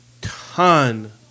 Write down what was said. ton